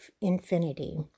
infinity